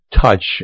touch